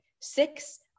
Six